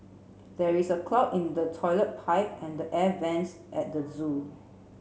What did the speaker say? there is a clog in the toilet pipe and the air vents at the zoo